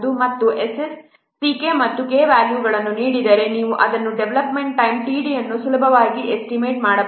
ಮತ್ತು S s C k ಮತ್ತು K ಗಳ ವ್ಯಾಲ್ಯೂಗಳನ್ನು ನೀಡಿದರೆ ನೀವು ಅದನ್ನು ಡೆವಲಪ್ಮೆಂಟ್ ಟೈಮ್ td ಅನ್ನು ಸುಲಭವಾಗಿ ಎಸ್ಟಿಮೇಟ್ ಮಾಡಬಹುದು